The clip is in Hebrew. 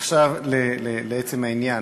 עכשיו לעצם העניין.